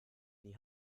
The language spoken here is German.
die